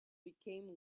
became